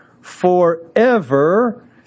forever